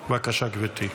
בבקשה, גברתי.